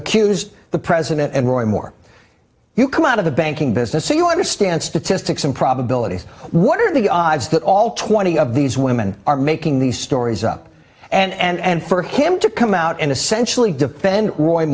accused the president and roy moore you come out of the banking business so you understand statistics and probabilities what are the odds that all twenty of these women are making these stories up and for him to come out and